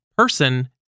person